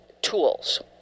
tools